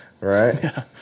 Right